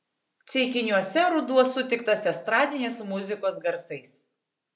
ceikiniuose ruduo sutiktas estradinės muzikos garsais